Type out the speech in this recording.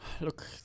Look